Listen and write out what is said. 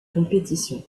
compétition